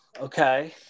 Okay